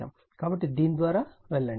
కాబట్టి దీని ద్వారా వెళ్ళండి